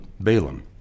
Balaam